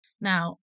Now